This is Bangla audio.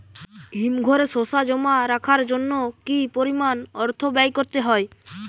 হিমঘরে শসা জমা রাখার জন্য কি পরিমাণ অর্থ ব্যয় করতে হয়?